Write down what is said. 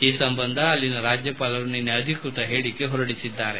ಈ ಸಂಬಂಧ ಅಲ್ಲಿನ ರಾಜ್ಯಪಾಲರು ನಿನೈ ಅಧಿಕ್ಷತ ಹೇಳಿಕೆ ಹೊರಡಿಸಿದ್ದಾರೆ